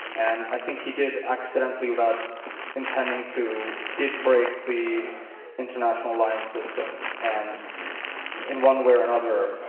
and i think he did, accidentally, without intending to, did break the international alliance system. and in one way or another,